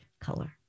color